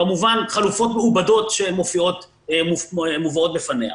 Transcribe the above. כמובן חלופות מעובדות שמובאות בפניה.